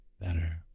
Better